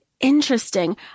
interesting